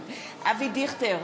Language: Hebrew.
אבי דיכטר,